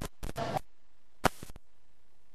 דרך